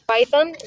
Python